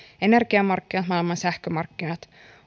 energiamarkkinat ja maailman sähkömarkkinat